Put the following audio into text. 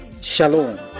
Shalom